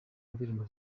indirimbo